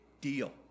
deal